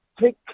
take